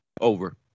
Over